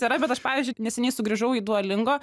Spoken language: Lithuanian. yra bet aš pavyzdžiui neseniai sugrįžau į duolingo